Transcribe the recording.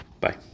Bye